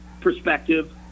perspective